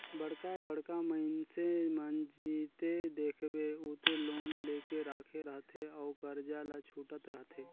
बड़का बड़का मइनसे मन जिते देखबे उते लोन लेके राखे रहथे अउ करजा ल छूटत रहथे